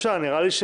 אפשר.